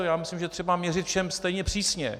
Já myslím, že je třeba měřit všem stejně přísně.